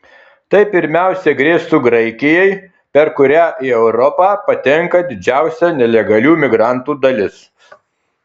tai pirmiausia grėstų graikijai per kurią į europą patenka didžiausia nelegalių migrantų dalis